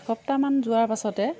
এসপ্তাহমান যোৱাৰ পাছতে